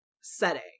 setting